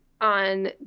on